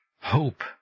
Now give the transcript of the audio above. hope